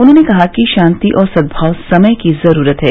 उन्होंने कहा कि शांति और सदभाव समय की जरूरत है